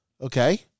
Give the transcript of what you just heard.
okay